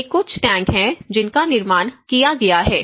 ये कुछ टैंक हैं जिनका निर्माण किया गया है